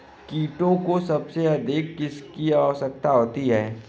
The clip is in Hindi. कीटों को सबसे अधिक किसकी आवश्यकता होती है?